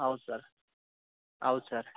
ಹೌದು ಸರ್ ಹೌದ್ ಸರ್